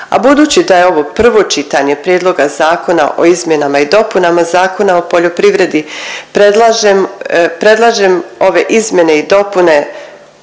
a budući da je ovo prvo čitanje Prijedloga zakona o izmjenama i dopunama Zakona o poljoprivredi predlažem, predlažem ove izmjene i dopune